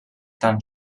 tan